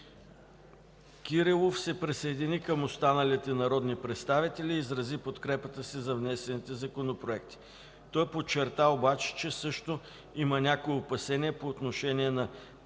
Кирилов се присъедини към останалите народни представители и изрази подкрепата си за внесените законопроекти. Той подчерта обаче, че също има някои опасения по отношение на някои